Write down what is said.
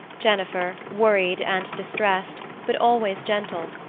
jennifer, worried and distressed, but always gentle,